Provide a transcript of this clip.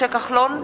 משה כחלון,